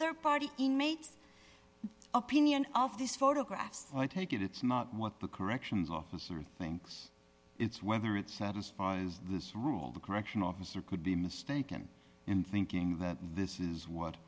party inmates opinion of these photographs i take it it's not what the corrections officer thinks it's whether it satisfies this rule the correction officer could be mistaken in thinking that this is what